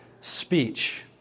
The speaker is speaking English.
speech